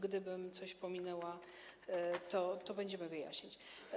Gdybym coś pominęła, to będziemy wyjaśniać.